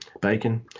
Bacon